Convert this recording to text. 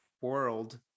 world